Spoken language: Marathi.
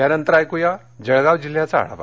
यानंतर ऐकूया जळगाव जिल्ह्याचा आढावा